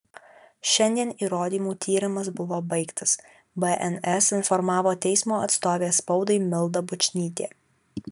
šiandien įrodymų tyrimas buvo baigtas bns informavo teismo atstovė spaudai milda bučnytė